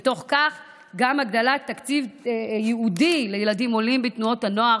ובתוך כך גם הגדלת תקציב ייעודי לילדים עולים בתנועות הנוער,